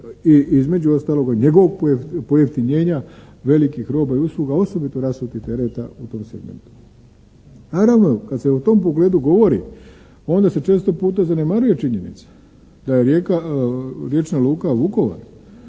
i između ostaloga njegovog pojeftinjenja velikih roba i usluga a osobito rasutih tereta u tom segmentu. Naravno, kad se u tom pogledu govori onda se često puta zanemaruje činjenica da je riječna luka Vukovar